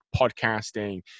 podcasting